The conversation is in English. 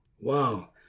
wow